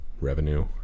revenue